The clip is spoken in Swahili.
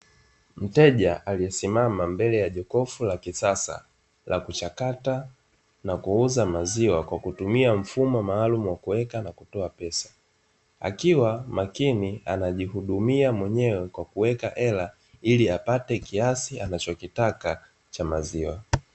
Mteja aliyesimama mbele ya jokofu la kisasa la kuchakata na kuuza maziwa kwa kutumia mfumo maalumu wa kuweka na kutoa pesa, akiwa makini anajihudumia mwenyewe kwa kuweka hela ili apate kiasi anachokitaka cha maziwa.